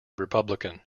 republican